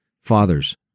Fathers